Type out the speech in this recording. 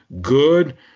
good